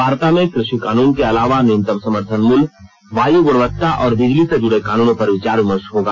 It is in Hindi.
वार्ता में क्रषि कानूनों के अलावा न्यूनतम समर्थन मूल्य वायु गुणवत्ता और बिजली से जुड़े कानूनों पर विचार विमर्श होगा